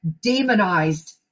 demonized